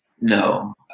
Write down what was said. No